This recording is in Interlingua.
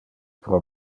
pro